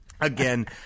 again